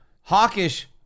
hawkish